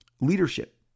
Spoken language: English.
leadership